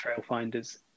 Trailfinders